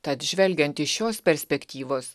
tad žvelgiant iš šios perspektyvos